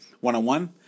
one-on-one